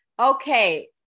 Okay